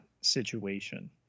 situation